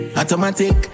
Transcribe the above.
automatic